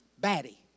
batty